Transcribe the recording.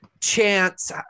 chance